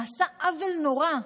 נעשה עוול נורא,